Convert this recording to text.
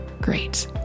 great